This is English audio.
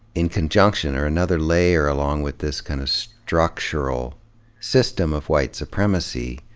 in conjunction, or another layer along with this kind of structural system of white supremacy,